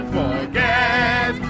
Forget